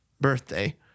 birthday